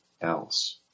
else